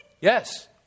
Yes